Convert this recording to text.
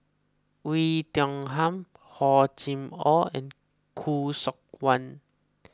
Oei Tiong Ham Hor Chim or and Khoo Seok Wan